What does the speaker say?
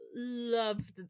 love